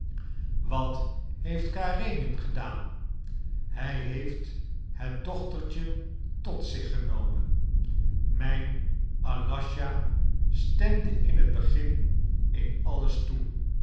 wat heeft karenin gedaan hij heeft het dochtertje tot zich genomen mijn aläscha stemde in het begin in alles toe